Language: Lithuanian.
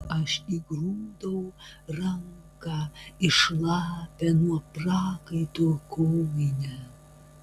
aš įgrūdau ranką į šlapią nuo prakaito kojinę